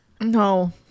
No